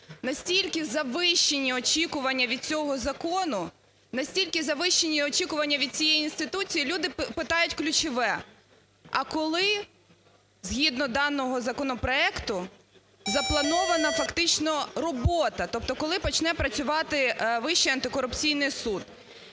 Настільки завищенні очікування від цього закону, настільки завищені очікування від цієї інституції, люди питають ключове: "А коли згідно даного законопроекту запланована фактично робота? Тобто коли почне працювати Вищий антикорупційний суд?".